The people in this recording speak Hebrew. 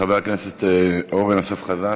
חבר הכנסת אורן אסף חזן.